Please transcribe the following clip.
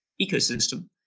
ecosystem